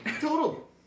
Total